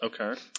Okay